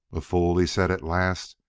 a fool! he said at last,